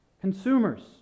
consumers